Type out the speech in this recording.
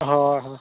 ᱦᱳᱭ ᱦᱳᱭ